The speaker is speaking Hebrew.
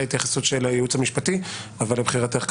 התייחסות של הייעוץ המשפטי אבל לבחירתך כמובן,